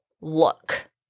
look